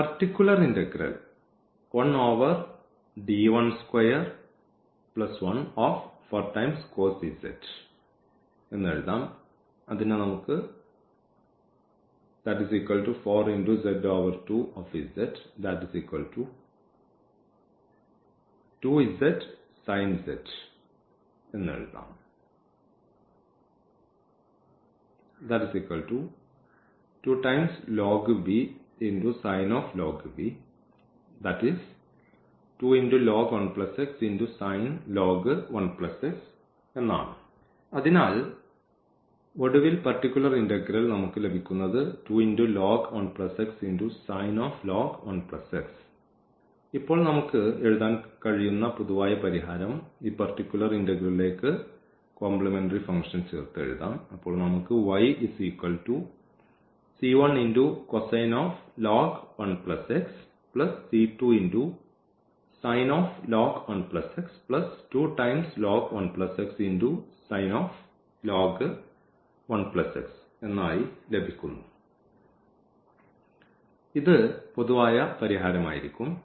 particular integral ആണ് അതിനാൽ ഒടുവിൽ പർട്ടികുലർ ഇന്റഗ്രൽ ഇപ്പോൾ നമുക്ക് എഴുതാൻ കഴിയുന്ന പൊതുവായ പരിഹാരം നമുക്ക് ഈ പർട്ടികുലർ ഇന്റഗ്രലിലേക്ക് കോംപ്ലിമെന്ററി ഫംഗ്ഷൻ ചേർക്കാം ഇത് പൊതുവായ പരിഹാരമായിരിക്കും